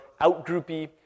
out-groupy